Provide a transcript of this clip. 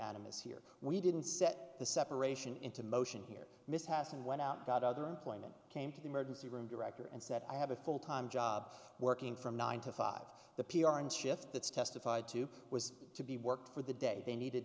adam is here we didn't set the separation into motion here mishaps and went out got other employment came to the emergency room director and said i have a full time job working from nine to five the p r and shift that's testified to was to be work for the day they needed